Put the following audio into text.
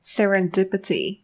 Serendipity